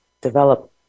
develop